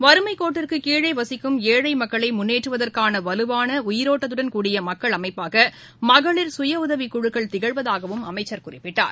வறுமைக்கோட்டிற்கு கீழே வசிக்கும் ஏழை மக்களை முன்னேற்றுவதற்கான வலுவான உயிரோட்டத்துடன் கூடிய மக்கள் அமைப்பாக மகளிர் சுய உதவிக்குழுக்கள் திகழ்வதாகவும் அமைச்சர் குறிப்பிட்டார்